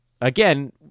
again